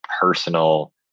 personal